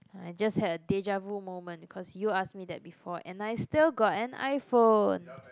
I just had a deja vu moment cause you ask me that before and I still got an iPhone